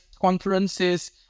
conferences